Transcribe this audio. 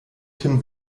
tim